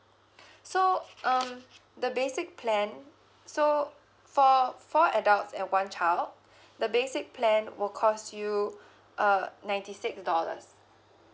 so um the basic plan so for four adults and one child the basic plan will costs you uh ninety six dollars